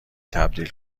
تبدیل